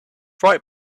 right